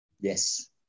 Yes